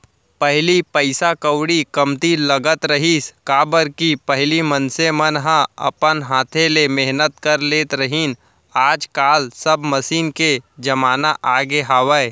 पहिली पइसा कउड़ी कमती लगत रहिस, काबर कि पहिली मनसे मन ह अपन हाथे ले मेहनत कर लेत रहिन आज काल सब मसीन के जमाना आगे हावय